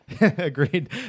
agreed